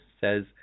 says